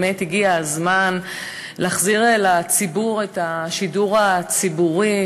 באמת הגיע הזמן להחזיר לציבור את השידור הציבורי,